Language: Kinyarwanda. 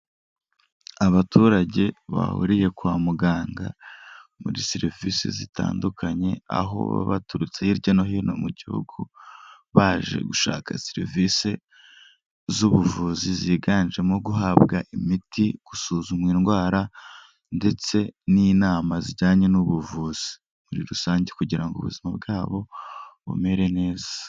Abaturage bahuriye kwa muganga muri serivisi zitandukanye, aho baba baturutse hirya no hino mu gihugu, baje gushaka serivisi z'ubuvuzi ziganjemo guhabwa imiti, gusuzumwa indwara ndetse n'inama zijyanye n'ubuvuzi muri rusange kugira ngo ubuzima bwabo bumere neza.